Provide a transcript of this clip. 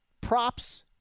Props